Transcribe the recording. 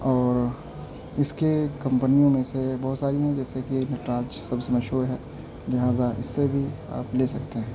اور اس کے کمپنیوں میں سے بہت ساری ہیں جیسے کہ نٹراج سب سے مشہور ہے لہٰذا اس سے بھی آپ لے سکتے ہیں